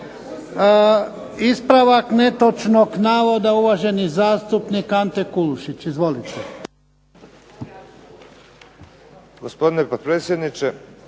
Ispravak netočnog navoda uvaženi zastupnik Ante Kulušić. Izvolite.